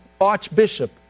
archbishop